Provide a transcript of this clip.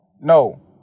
No